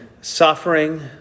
suffering